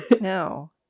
no